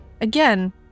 Again